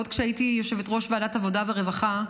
ועוד כשהייתי יושבת-ראש ועדת העבודה והרווחה,